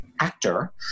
actor